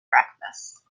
breakfast